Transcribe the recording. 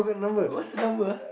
what's your number ah